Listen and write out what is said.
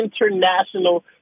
international